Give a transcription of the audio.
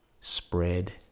spread